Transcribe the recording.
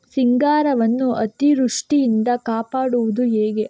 ಸಿಂಗಾರವನ್ನು ಅತೀವೃಷ್ಟಿಯಿಂದ ಕಾಪಾಡುವುದು ಹೇಗೆ?